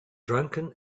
drunken